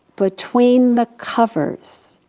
between the covers,